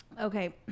Okay